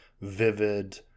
vivid